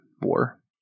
war